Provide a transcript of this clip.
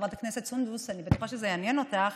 חברת הכנסת סונדוס, אני בטוחה שזה יעניין אותך